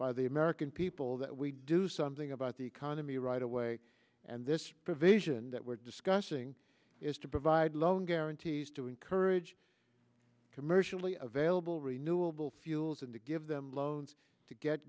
by the american people that we do something about the economy right away and this provision that we're discussing is to provide loan guarantees to encourage commercially available renewable fuels and to give them loans to get